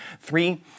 three